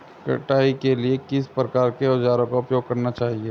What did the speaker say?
कटाई के लिए किस प्रकार के औज़ारों का उपयोग करना चाहिए?